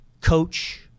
coach